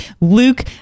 Luke